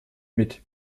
mit